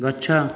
ଗଛ